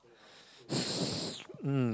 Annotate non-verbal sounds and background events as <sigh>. <noise> um